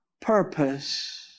purpose